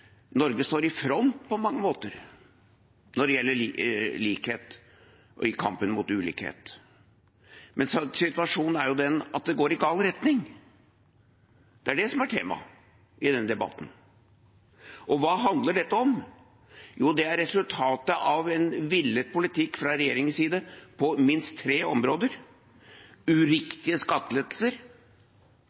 Norge er i front på mange måter når det gjelder likhet og kampen mot ulikhet. Men situasjonen er jo den at det går i gal retning. Det er det som er tema i denne debatten. Og hva handler dette om? Jo, det er resultatet av en villet politikk fra regjerings side på minst tre områder: Det er uriktige skattelettelser,